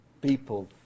people